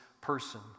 person